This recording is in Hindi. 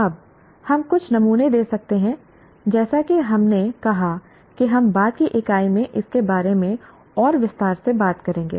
अब हम कुछ नमूने दे सकते हैं जैसा कि हमने कहा कि हम बाद की इकाई में इसके बारे में और विस्तार से बात करेंगे